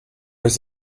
his